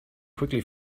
quickly